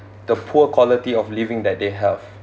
the poor quality of living that they have